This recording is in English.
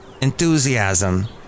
enthusiasm